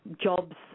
jobs